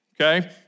Okay